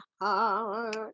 heart